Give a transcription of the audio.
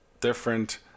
different